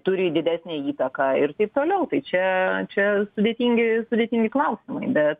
turi didesnę įtaką ir taip toliau tai čia čia sudėtingi sudėtingi klausimai bet